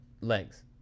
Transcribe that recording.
legs